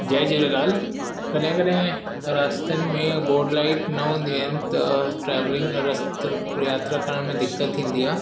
जय झूलेलाल कॾहिं कॾहिं रस्तनि में बोर्ड लाइट न हूंदियूं आहिनि त ट्रॅवलींग रस्त्र यात्रा करण में दिक़त थींदी आहे